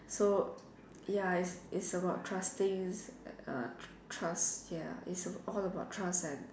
so ya it's it's about trusting uh trust ya it's all about trust and